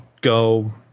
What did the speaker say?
go